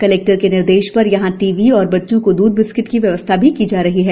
collector के निर्देष पर यहां टीवी और बच्चों को द्ध बिस्किट्स की व्वस्था की जा रही है